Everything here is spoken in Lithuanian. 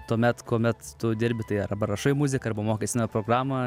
tuomet kuomet tu dirbi tai arba rašai muziką arba mokaisi naują programą